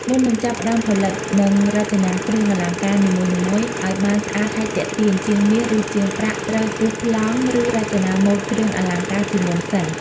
មុននឹងចាប់ផ្ដើមផលិត និងរចនាគ្រឿងអលង្ការនីមួយៗអោយបានស្អាតហើយទាក់ទាញ ជាងមាស ឬជាងប្រាក់ត្រូវគូសប្លង់ ឬរចនាម៉ូដគ្រឿងអលង្ការជាមុនសិន។